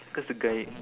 because the guy